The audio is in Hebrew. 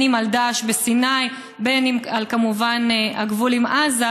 אם על דאעש בסיני ואם על כמובן הגבול עם עזה,